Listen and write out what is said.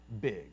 big